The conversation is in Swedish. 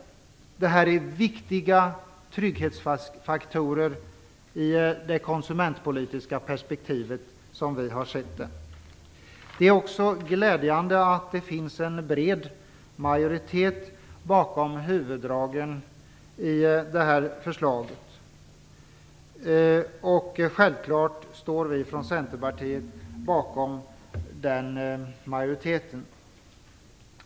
Det ser vi som viktiga trygghetsfaktorer i det konsumentpolitiska perspektivet. Vidare är det glädjande att det finns en bred majoritet bakom huvuddragen i det här förslaget. Självfallet ansluter vi i Centerpartiet oss till majoriteten.